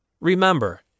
Remember